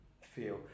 feel